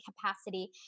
capacity